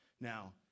Now